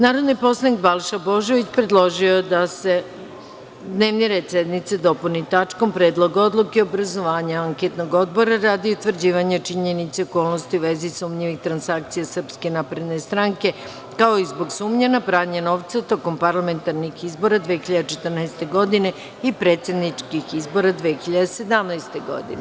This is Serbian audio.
Narodni poslanik Balša Božović predložio je da se dnevni red sednice dopuni tačkom – Predlog odluke o obrazovanju Anketnog odbora radi utvrđivanja činjenica i okolnosti u vezi sumnjivih transakcija SNS, kao i zbog sumnje na pranje novca tokom parlamentarnih izbora 2014. godine i predsedničkih izbora 2017. godine.